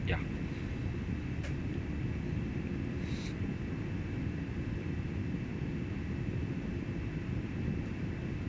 ya